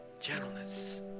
gentleness